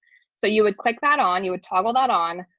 so you would click that on you would toggle that on,